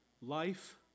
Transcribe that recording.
life